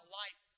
life